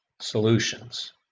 solutions